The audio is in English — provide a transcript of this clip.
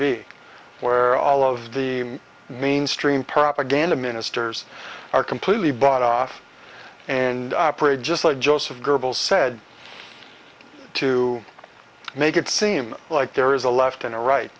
be where all of the mainstream propaganda ministers are completely bought off and operate just like joseph goebbels said to make it seem like there is a left and a right